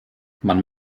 man